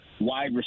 wide